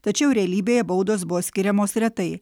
tačiau realybėje baudos buvo skiriamos retai